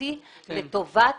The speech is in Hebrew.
ממשלתי לטובת